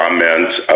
Comments